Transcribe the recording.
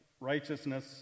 righteousness